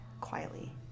quietly